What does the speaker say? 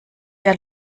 der